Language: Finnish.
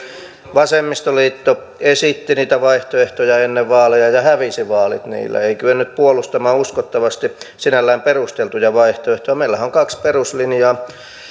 vasemmistoliitto esitti niitä vaihtoehtoja ennen vaaleja ja hävisi vaalit niillä ei kyennyt puolustamaan uskottavasti sinällään perusteltuja vaihtoehtoja meillähän on kaksi peruslinjaa